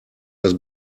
das